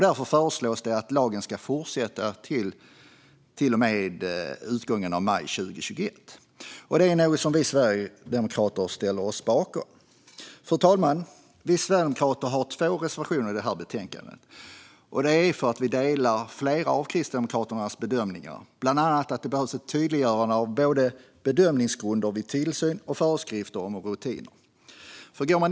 Därför föreslås det att lagen ska fortsätta att gälla till och med utgången av maj 2021. Detta är något som vi sverigedemokrater ställer oss bakom. Fru talman! Vi sverigedemokrater har två reservationer i detta betänkande med anledning av att vi delar flera av Kristdemokraternas bedömningar, bland annat att det behövs ett tydliggörande av både bedömningsgrunder vid tillsyn och föreskrifter om rutiner.